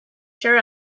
sure